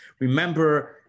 Remember